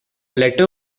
letter